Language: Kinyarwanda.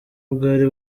bwari